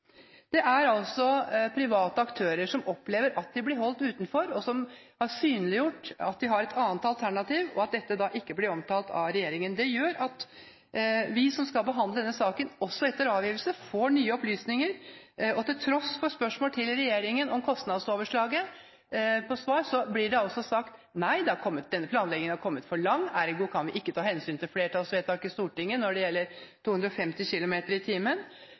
Det er altså private aktører som opplever at de blir holdt utenfor, og som har synliggjort at de har et annet alternativ, og at dette ikke blir omtalt av regjeringen. Det gjør at vi som skal behandle denne saken, også etter avgivelse får nye opplysninger, og tross spørsmål til regjeringen om kostnadsoverslaget blir det svart at denne planleggingen har kommet for langt, ergo kan vi ikke ta hensyn til flertallsvedtak i Stortinget når det gjelder 250 km/t,